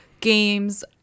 games